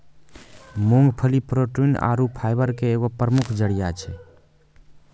मूंगफली प्रोटीन आरु फाइबर के एगो प्रमुख जरिया छै